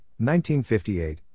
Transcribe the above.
1958